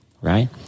right